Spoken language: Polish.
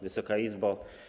Wysoka Izbo!